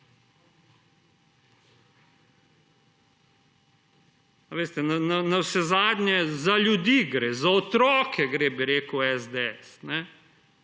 Navsezadnje za ljudi gre, za otroke gre, bi rekel SDS.